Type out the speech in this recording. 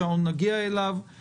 אז הכול היה בסדר.